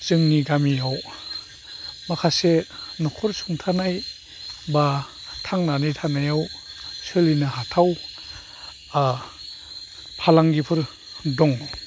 जोंनि गामियाव माखासे न'खर सुंथानाय बा थांनानै थानायाव सोलिनो हाथाव फालांगिफोर दङ